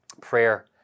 Prayer